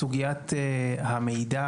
לסוגיית המידע